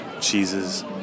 cheeses